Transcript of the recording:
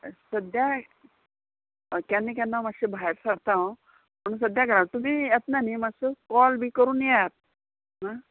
सद्द्यां हय केन्ना केन्ना मातशें भायर सरता हांव पूण सद्द्यां घरांत तुमी येतना न्ही मातसो कॉल बी करून येयात आं